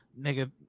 nigga